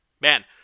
Man